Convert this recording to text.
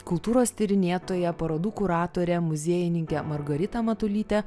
kultūros tyrinėtoja parodų kuratore muziejininke margarita matulyte